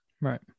right